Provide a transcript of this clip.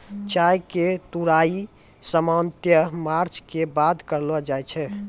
चाय के तुड़ाई सामान्यतया मार्च के बाद करलो जाय छै